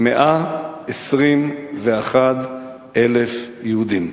היושב-ראש, 121,000 יהודים.